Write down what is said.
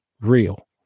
real